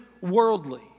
worldly